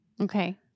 Okay